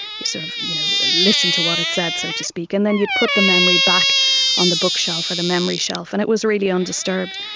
you sort of you know listened to what it said, so to speak, and then you'd put the memory back on the bookshelf or the memory shelf and it was really undisturbed.